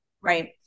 right